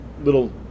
little